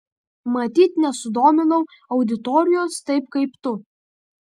matyt nesudominau auditorijos taip kaip tu